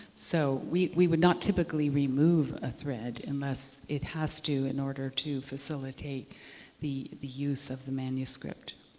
so we we would not typically remove a thread unless it has to in order to facilitate the the use of the manuscript.